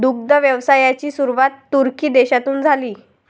दुग्ध व्यवसायाची सुरुवात तुर्की देशातून झाली